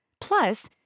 Plus